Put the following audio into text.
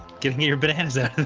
give me your bonanza